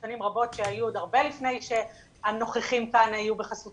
שנים רבות שהיו עוד הרבה לפני שהנוכחים כאן היו בחסות